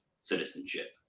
citizenship